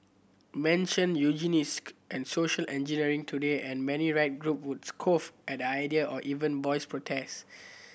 mention and social engineering today and many right group would scoff at the idea or even voice protest